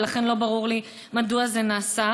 ולכן לא ברור לי מדוע זה נעשה.